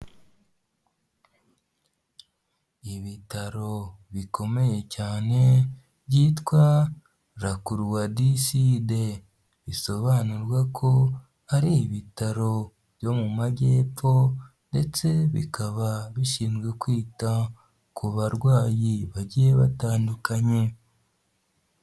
Ibitaro bikomeye cyane, byitwa La croix du Sud, bisobanurwa ko ari ibitaro byo mu Majyepfo ndetse bikaba bishinzwe kwita ku barwayi bagiye batandukanye.